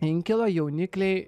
inkilą jaunikliai